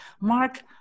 Mark